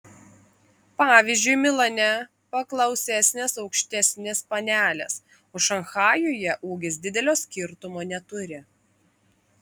pavyzdžiui milane paklausesnės aukštesnės panelės o šanchajuje ūgis didelio skirtumo neturi